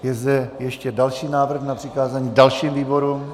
Je zde ještě další návrh na přikázání dalším výborům?